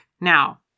Now